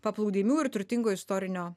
paplūdimių ir turtingo istorinio